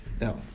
Now